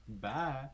bye